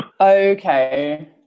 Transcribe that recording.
Okay